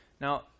Now